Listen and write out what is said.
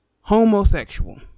homosexual